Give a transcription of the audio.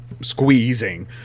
squeezing